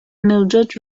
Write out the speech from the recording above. mildrid